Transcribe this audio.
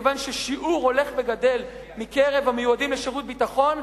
מכיוון ששיעור הולך וגדל מקרב המיועדים לשירות ביטחון,